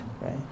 right